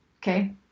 Okay